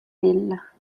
ville